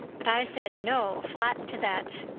but i said no flat to that.